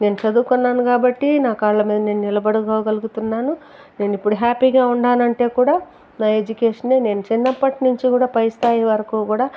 నేను చదువుకున్నాను కాబట్టి నా కాళ్ళ మీద నేను నిలబడుకోగలుగుతున్నాను నేను ఇప్పుడు హ్యాప్పీగా ఉన్నానంటే నా ఎడ్యుకేషన్ఏ చిన్నప్పటి నుండి కూడా పై స్థాయి వరకు కూడా